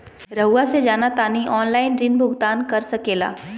रहुआ से जाना तानी ऑनलाइन ऋण भुगतान कर सके ला?